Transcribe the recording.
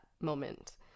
moment